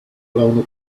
blown